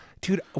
dude